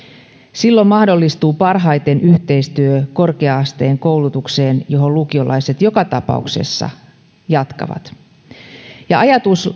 silloin mahdollistuu parhaiten yhteistyö korkea asteen koulutukseen johon lukiolaiset joka tapauksessa jatkavat ja ajatus